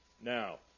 Now